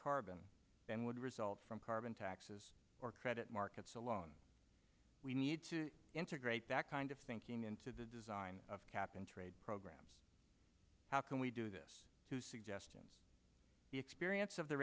carbon and would result from carbon taxes or credit markets alone we need to integrate that kind of thinking into the design of cap and trade program how can we do this to suggest the experience of the